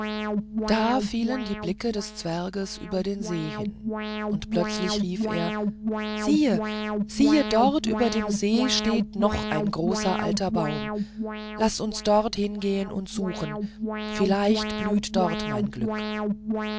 da fielen die blicke des zwergs über den see hin und plötzlich rief er siehe siehe dort über dem see steht noch ein großer alter baum laß uns dort hingehen und suchen vielleicht blüht dort mein glück